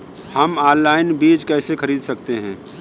हम ऑनलाइन बीज कैसे खरीद सकते हैं?